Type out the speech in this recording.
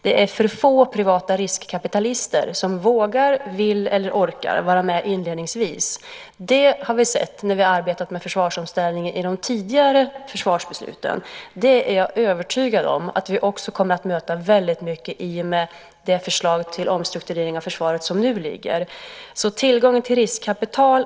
Det är för få privata riskkapitalister som vågar, vill eller orkar vara med inledningsvis. Det har vi sett när vi har arbetat med försvarsomställning i de tidigare försvarsbesluten, och det är jag övertygad om att vi också kommer att möta väldigt mycket i samband med det förslag till omstrukturering av försvaret som nu föreligger.